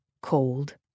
cold